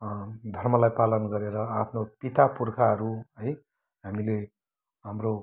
धर्मलाई पालन गरेर आफ्नो पिता पुर्खाहरू है हामीले हाम्रो